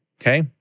okay